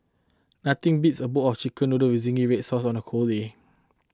nothing beats a bowl of Chicken Noodles with Zingy Red Sauce on a cold day